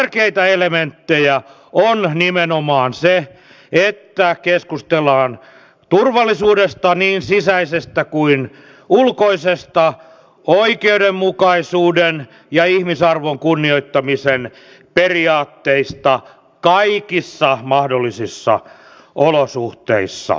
tärkeitä elementtejä on nimenomaan se että keskustellaan turvallisuudesta niin sisäisestä kuin ulkoisesta oikeudenmukaisuuden ja ihmisarvon kunnioittamisen periaatteista kaikissa mahdollisissa olosuhteissa